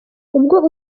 ubwo